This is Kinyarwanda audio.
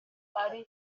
ari